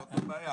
זאת הבעיה.